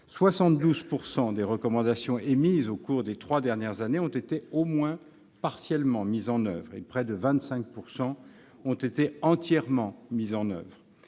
72 % des recommandations émises au cours des trois dernières années ont été au moins partiellement mises en oeuvre, et près de 25 % l'ont été entièrement. Ce que